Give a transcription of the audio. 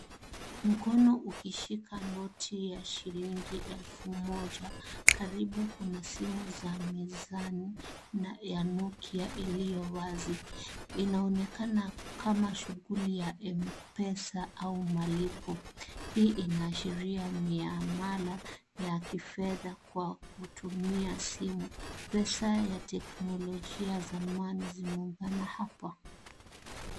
Mkono ukishika noti ya shilingi elfu moja karibu kuna simu za mezani ya Nokia iliyowazi. Inaonekana kama shughuli ya Mpesa au malipo. Hii inaashiria mahala ya kifedha kwa kutumia simu. Pesa ya teknologia zamani zimeundwa na hapa.